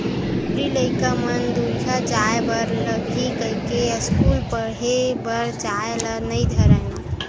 टूरी लइका मन दूरिहा जाय बर लगही कहिके अस्कूल पड़हे बर जाय ल नई धरय ना